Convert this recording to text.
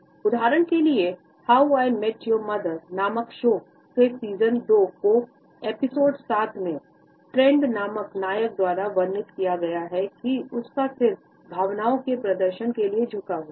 उदाहरण के लिए How I Met Your Mother नामक शो के सीज़न दो के एपिसोड सात में टेड नामक नायक द्वारा वर्णित है की उसका सिर भावना के प्रदर्शन के लिए झुका हुआ था